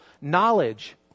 knowledge